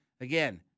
again